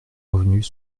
revenus